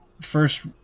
first